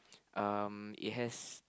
um it has